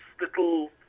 little